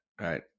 right